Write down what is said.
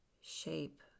shape